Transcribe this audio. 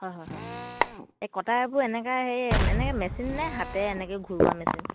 হয় হয় হয় এই কটাবোৰ এনেকৈ সেই এনেই মেচিন নে হাতেৰে এনেকৈ ঘূৰোৱা মেচিন